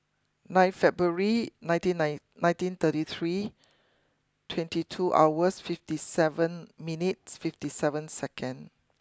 nine February nineteen nine nineteen thirty three twenty two hours fifty seven minutes fifty seven second